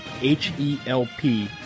H-E-L-P